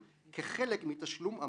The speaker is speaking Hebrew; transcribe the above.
כל אחד והטעם שלו.